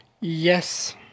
Yes